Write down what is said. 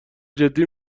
جدی